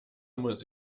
muss